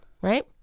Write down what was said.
Right